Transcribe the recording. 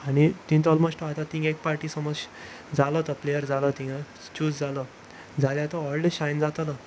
आनी थंय तो ओलमोस्ट तो आतां थंय एक फावटी समज जालो तो प्लेयर जालो थंय चूज जालो जाल्यार तो व्हडलो शायन जातलो